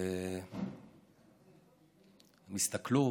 והם הסתכלו